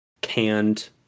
canned